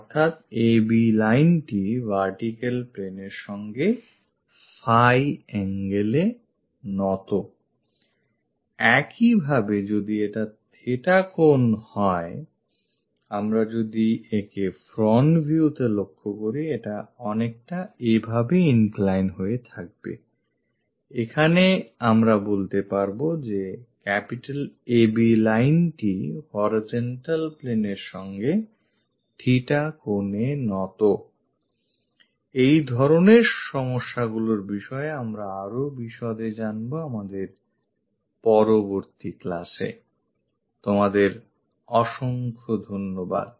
অর্থাৎ AB lineটি vertical planeএর সঙ্গে phi angleএ নতI একইভাবে যদি এটা theta কোন হয়I আমরা যদি একে front view তে লক্ষ্য করি এটা অনেকটা এভাবে incline হয়ে থাকবেI এখানে আমরা বলতে পারব যে AB lineটি horizontal plane এর সঙ্গে theta কোণে নতI এই ধরনের সমস্যা গুলোর বিষয়ে আমরা আরো বিশদে জানবো আমাদের পরবর্তী classএI তোমাদের অসংখ্য ধন্যবাদ